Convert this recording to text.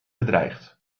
bedreigt